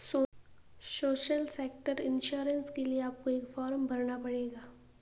social sector insurance के लिए आपको एक फॉर्म भरना पड़ेगा